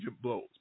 blows